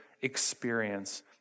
experience